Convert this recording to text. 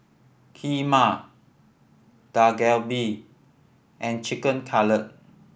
Kheema Dak Galbi and Chicken Cutlet